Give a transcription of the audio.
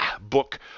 book